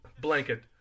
Blanket